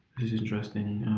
this is interesting,